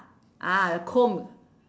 ah the comb